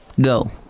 Go